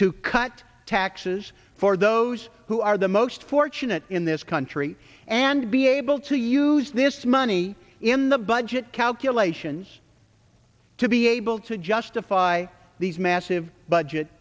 to cut taxes for those who are the most fortunate in this country and be able to use this money in the budget calculations to be able to justify these massive budget